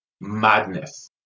madness